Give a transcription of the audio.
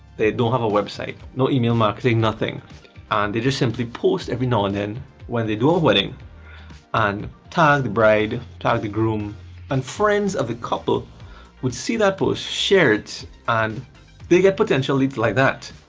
they don't have a website, no email marketing or nothing and they just simply post every now and then when they do a wedding and tag the bride, tag the groom and friends of the couple would see that post, share it and they get potential leads like that!